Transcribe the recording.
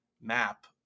map